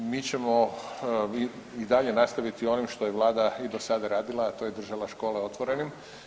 Mi ćemo i dalje nastaviti sa onim što je Vlada i do sada radila, a to je držala škole otvorenim.